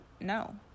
No